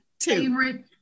favorite